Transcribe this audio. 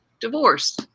divorce